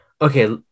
okay